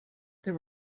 there